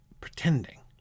pretending